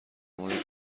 مورد